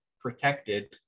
protected